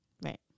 Right